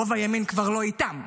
רוב הימין כבר לא איתם,